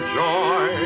joy